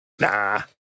Nah